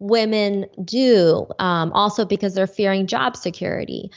women do, um also because they're fearing job security.